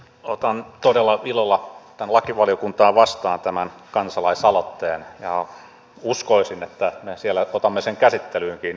otan todella ilolla lakivaliokuntaan vastaan tämän kansalaisaloitteen ja uskoisin että me siellä otamme sen käsittelyynkin